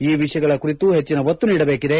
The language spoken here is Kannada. ಈ ವಿಷಯಗಳ ಕುರಿತು ಹೆಚ್ಚಿನ ಒತ್ತು ನೀಡಬೇಕಿದೆ